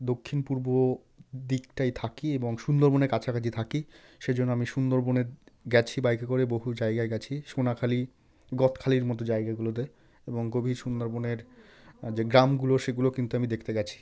দক্ষিণ পূর্ব দিকটায় থাকি এবং সুন্দরবনের কাছাকাছি থাকি সেই জন্য আমি সুন্দরবনে গিয়েছি বাইকে করে বহু জায়গায় গিয়েছি সোনাখালি গদখালির মতো জায়গাগুলোতে এবং গভীর সুন্দরবনের যে গ্রামগুলো সেগুলো কিন্তু আমি দেখতে গিয়েছি